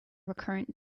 recurrent